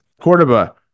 Cordoba